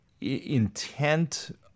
intent